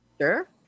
Sure